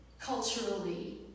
culturally